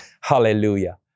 Hallelujah